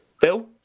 Bill